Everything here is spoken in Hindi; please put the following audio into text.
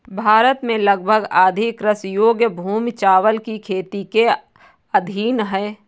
भारत में लगभग आधी कृषि योग्य भूमि चावल की खेती के अधीन है